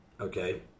Okay